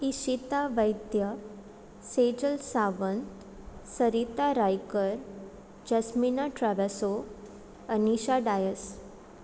Ishita Vaidya Sejal Sawant Sarita Raikar Jasmina Travasso Anisha Dias